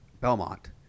Belmont